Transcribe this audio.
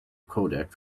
codec